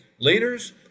Leaders